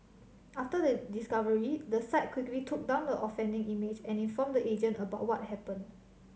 after the discovery the site quickly took down the offending image and informed the agent about what happened